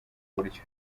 buryo